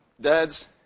dads